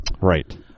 Right